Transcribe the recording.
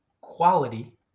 quality